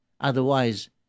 Otherwise